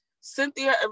Cynthia